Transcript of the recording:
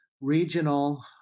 regional